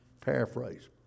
paraphrase